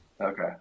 Okay